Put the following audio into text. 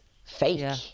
Fake